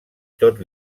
tot